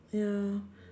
ya